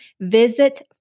Visit